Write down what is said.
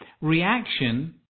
Reaction